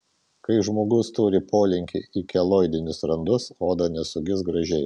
kai žmogus turi polinkį į keloidinius randus oda nesugis gražiai